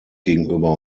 gegenüber